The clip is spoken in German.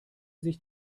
sich